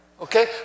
Okay